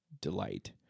delight